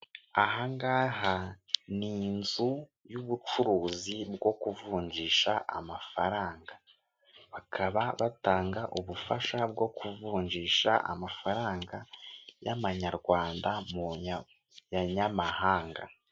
Aha ngaha ni inzu y'ubucuruzi bwo kuvunjisha amafaranga, bakaba batanga ubufasha bwo kuvunjisha amafaranga y'amanyarwanda mu manyamahanga.